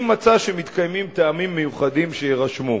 מצא שמתקיימים טעמים מיוחדים שיירשמו.